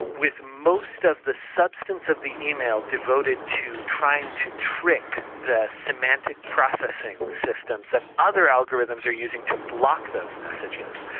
with most of the substance of the email devoted to trying to trick the semantic processing systems that other algorithms are using to block those messages.